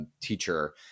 teacher